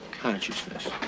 consciousness